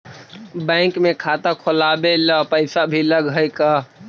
Bank में खाता खोलाबे ल पैसा भी लग है का?